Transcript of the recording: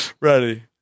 Ready